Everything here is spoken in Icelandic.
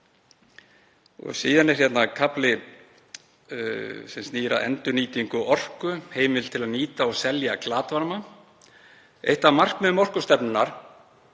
Síðan er hér kafli sem snýr að endurnýtingu orku, um heimild til að nýta og selja glatvarma. Eitt af markmiðum orkustefnunnar